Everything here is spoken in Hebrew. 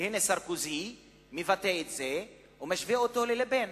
והנה סרקוזי מבטא את זה ומשווה אותו ללה-פן.